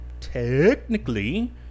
technically